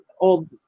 old